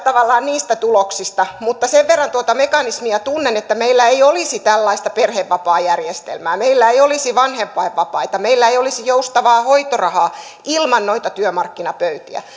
niistä tuloksista mutta sen verran tuota mekanismia tunnen että meillä ei olisi tällaista perhevapaajärjestelmää meillä ei olisi vanhempainvapaita meillä ei olisi joustavaa hoitorahaa ilman noita työmarkkinapöytiä ne